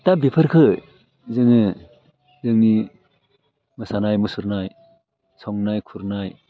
दा बेफोरखो जोङो जोंनि मोसानाय मुसुरनाय संनाय खुरनाय